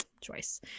Choice